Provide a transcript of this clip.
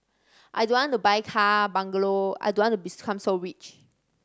I don't want to buy car bungalow I don't want to become so rich